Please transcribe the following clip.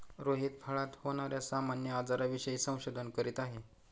रोहित फळात होणार्या सामान्य आजारांविषयी संशोधन करीत आहे